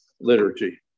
liturgy